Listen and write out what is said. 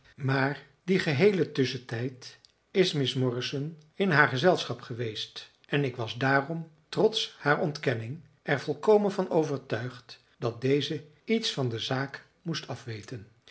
maar dien geheelen tusschentijd is miss morrison in haar gezelschap geweest en ik was daarom trots haar ontkenning er volkomen van overtuigd dat deze iets van de zaak moest afweten